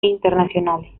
internacionales